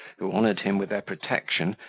who honoured him with their protection,